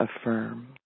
affirm